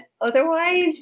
otherwise